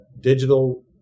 digital